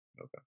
okay